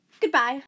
Goodbye